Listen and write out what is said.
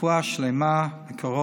רפואה שלמה בקרוב.